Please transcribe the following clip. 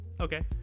Okay